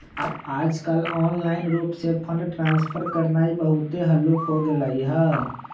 याजकाल ऑनलाइन रूप से फंड ट्रांसफर करनाइ बहुते हल्लुक् हो गेलइ ह